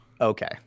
okay